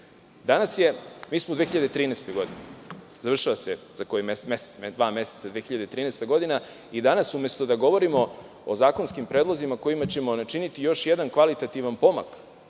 godine. Mi smo u 2013.godini. Završava se za dva meseca 2013. godina i danas umesto da govorimo o zakonskim predlozima kojima ćemo načiniti još jedan kvalitativan pomak